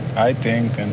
i think, and